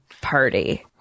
Party